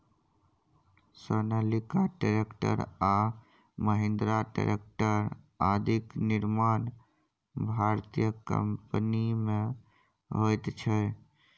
Sonalika tractor आ Mahindra tractor आदिक निर्माण भारतीय कम्पनीमे होइत छै